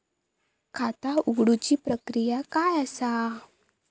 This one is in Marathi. खाता उघडुची प्रक्रिया काय असा?